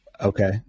Okay